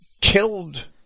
killed